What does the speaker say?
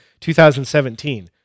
2017